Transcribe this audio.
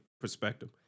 perspective